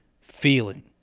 feeling